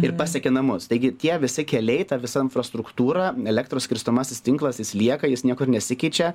ir pasiekia namus taigi tie visi keliai ta visa infrastruktūra elektros skirstomasis tinklas jis lieka jis nieko ir nesikeičia